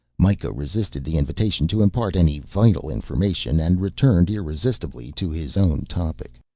mikah resisted the invitation to impart any vital information and returned irresistibly to his own topic.